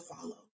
follow